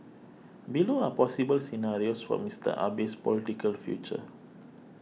below are possible scenarios for Mister Abe's political future